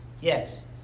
Yes